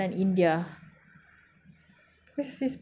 because sis pergi dua kali the first one is